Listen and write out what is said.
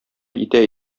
итә